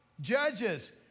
judges